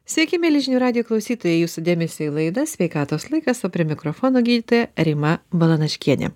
sveiki mieli žinių radijo klausytojai jūsų dėmesiui laida sveikatos laikas o prie mikrofono gydytoja rima balanaškienė